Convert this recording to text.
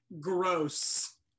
gross